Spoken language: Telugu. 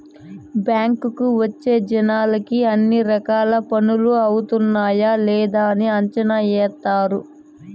బ్యాంకుకి వచ్చే జనాలకి అన్ని రకాల పనులు అవుతున్నాయా లేదని అంచనా ఏత్తారు